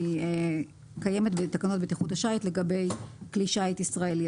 שקיימת בתקנות בטיחות השיט לגבי כלי שיט ישראלי.